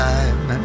Time